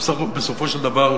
בסופו של דבר,